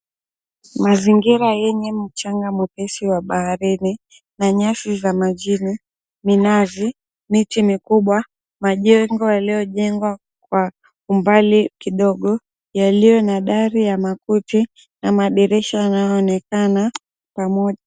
Mazingira yenye mchanga mwepesi wa baharini na nyasi za majini, minazi, miti mikubwa. Majengo yaliyojengwa kwa umbali kidogo yaliyo na dari ya makuti na madirisha yanayoonekana pamoja.